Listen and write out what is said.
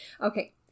Okay